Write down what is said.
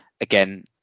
Again